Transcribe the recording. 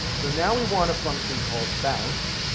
so now we want a function called bounce,